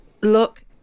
Look